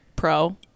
Pro